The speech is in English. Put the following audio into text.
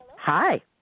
Hi